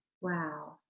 Wow